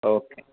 okay